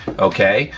okay.